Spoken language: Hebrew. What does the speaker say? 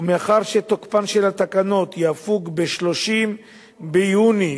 ומאחר שתוקפן של התקנות יפוג ב-30 ביוני,